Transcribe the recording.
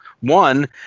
one